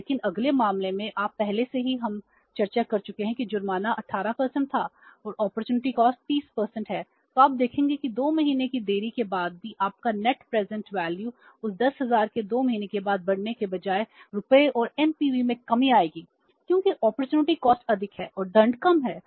लेकिन अगले मामले में आप पहले से ही हम चर्चा कर चुके हैं कि जुर्माना 18 था और अपॉर्चुनिटी कॉस्ट अधिक है और दंड कम है